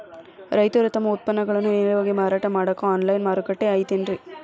ರೈತರು ತಮ್ಮ ಉತ್ಪನ್ನಗಳನ್ನ ನೇರವಾಗಿ ಮಾರಾಟ ಮಾಡಾಕ ಆನ್ಲೈನ್ ಮಾರುಕಟ್ಟೆ ಐತೇನ್ರಿ?